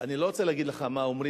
אני לא רוצה להגיד לך מה אומרים